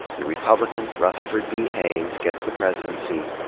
the republican, rutherford b. hayes, gets the presidency,